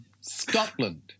Scotland